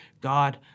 God